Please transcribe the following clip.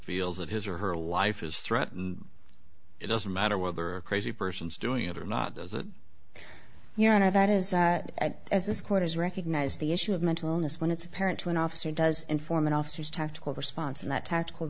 feels that his or her life is threatened it doesn't matter whether a crazy person is doing it or not does it your honor that is that as this court has recognized the issue of mental illness when it's apparent to an officer does inform and officers tactical response and the tactical